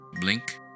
blink